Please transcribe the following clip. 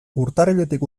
urtarriletik